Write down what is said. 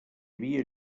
havia